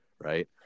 right